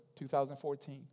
2014